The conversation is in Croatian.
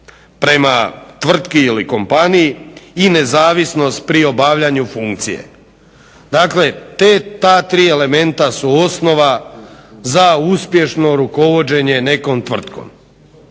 prema tvrtki ili kompaniji i nezavisnost pri obavljanju funkcije. Dakle, ta tri elementa su osnova za uspješno rukovođenje nekom tvrtkom.